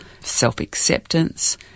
self-acceptance